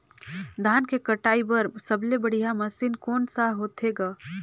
धान के कटाई बर सबले बढ़िया मशीन कोन सा होथे ग?